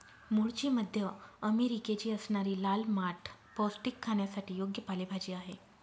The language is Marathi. मूळची मध्य अमेरिकेची असणारी लाल माठ पौष्टिक, खाण्यासाठी योग्य पालेभाजी आहे